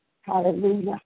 Hallelujah